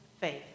faith